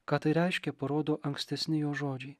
ką tai reiškia parodo ankstesni jo žodžiai